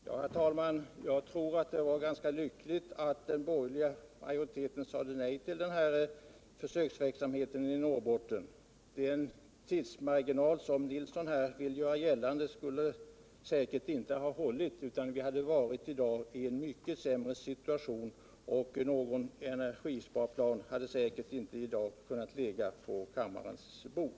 Herr talman! Jag tror att det är ganska bra att den borgerliga majoriteten sade nej till försöksverksamheten i Norrbotten. ' Den tidsmarginal som Lennart Nilsson vill göra gällande skule säkert inte ha hållit, utan i dag skulle vi ha befunnit oss i en mycket sämre situation — någon cenergisparplan hade säkert inte kunnat ligga på kammarens bord.